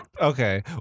Okay